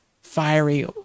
fiery